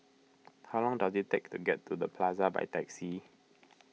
how long does it take to get to the Plaza by taxi